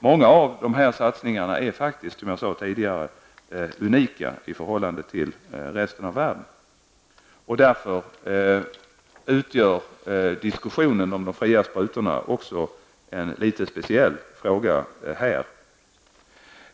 Många av dessa satsningar är faktiskt, som jag sade tidigare, unika i förhållande till resten av världen, och av den anledningen blir diskussionen om de fria sprutorna litet speciell här i Sverige.